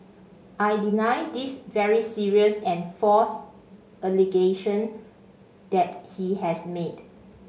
I deny this very serious and false allegation that he has made